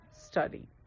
study